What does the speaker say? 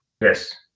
Yes